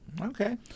Okay